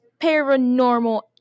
paranormal